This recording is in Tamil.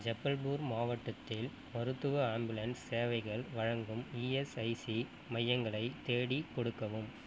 ஜபல்பூர் மாவட்டத்தில் மருத்துவ ஆம்புலன்ஸ் சேவைகள் வழங்கும் இஎஸ்ஐசி மையங்களைத் தேடிக் கொடுக்கவும்